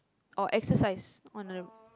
or exercise on a